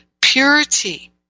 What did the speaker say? purity